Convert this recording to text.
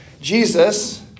Jesus